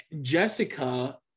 Jessica